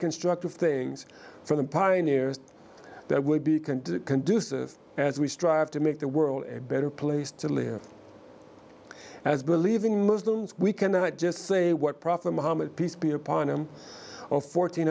constructive things from the pioneers that would be can conducive as we strive to make the world a better place to live as believing muslims we cannot just say what prophet muhammad peace be upon him or fourteen